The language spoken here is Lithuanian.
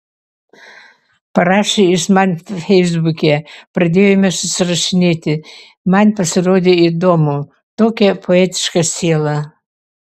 parašė jis man feisbuke pradėjome susirašinėti man pasirodė įdomu tokia poetiška siela